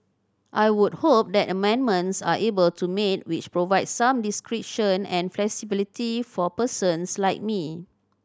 I would hope that amendments are able to made which provide some discretion and flexibility for persons like me